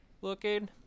looking